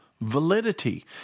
validity